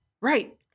Right